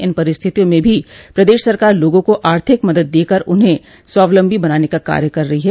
इन परिस्थितियों में भी प्रदेश सरकार लोगों को आर्थिक मदद देकर उन्हें स्वावलम्बी बनाने का कार्य कर रही है